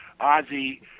Ozzy